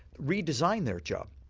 redesign their job.